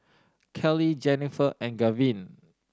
Keli Jenifer and Gavyn